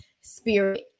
spirit